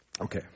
Okay